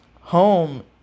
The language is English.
home